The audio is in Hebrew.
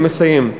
אני מסיים.